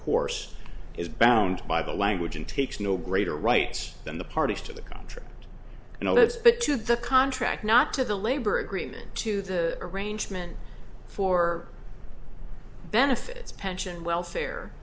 course is bound by the language and takes no greater rights than the parties to the contract and lives but to the contract not to the labor agreement to the arrangement for benefits pension and welfare